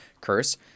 curse